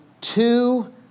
two